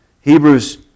Hebrews